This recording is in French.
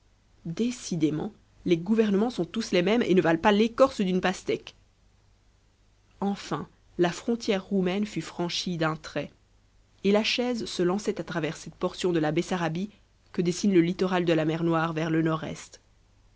décidément les gouvernements sont tous les mêmes et ne valent pas l'écorce d'une pastèque enfin la frontière roumaine fut franchie d'un trait et la chaise se lançait à travers cette portion de la bessarabie que dessine le littoral de la mer noire vers le nord-est